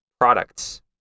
products